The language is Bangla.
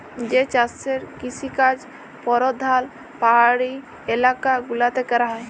যে চাষের কিসিকাজ পরধাল পাহাড়ি ইলাকা গুলাতে ক্যরা হ্যয়